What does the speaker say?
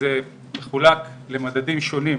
זה מחולק למדדים שונים,